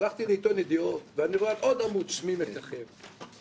הלכתי לעיתון ידיעות ואני רואה ששמי מככב על עוד עמוד,